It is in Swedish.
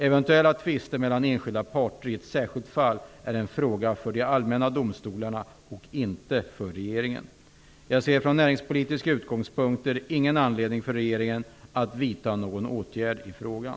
Eventuella tvister mellan enskilda parter i ett särskilt fall är en fråga för de allmänna domstolarna och inte för regeringen. Jag ser från näringspolitiska utgångspunkter ingen anledning för regeringen att vidta någon åtgärd i frågan.